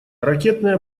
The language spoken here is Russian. ракетные